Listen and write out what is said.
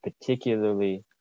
particularly